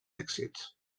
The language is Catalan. èxits